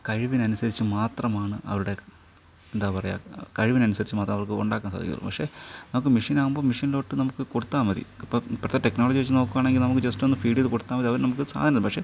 കഴിവിനനുസരിച്ച് മാത്രമാണ് അവരുടെ എന്താ പറയുക കഴിവിന് അനുസരിച്ച് മാത്രമേ അവർക്ക് ഉണ്ടാക്കാൻ സാധിക്കുകയുള്ളൂ പക്ഷേ നമുക്ക് മെഷീൻ ആകുമ്പം മെഷീനിലോട്ട് നമുക്ക് കൊടുത്തത് മതി അപ്പം ഇപ്പഴത്തെ ടെക്നോളജി വെച്ച് നോക്കുവാണെങ്കിൽ നമുക്ക് ജസ്റ്റ് ഒന്ന് ഫീഡ് ചെയ്ത് കൊടുത്താൽ മതി അവര് നമുക്ക് സാധനം തരും പക്ഷേ